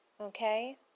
okay